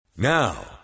Now